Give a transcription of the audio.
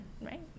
right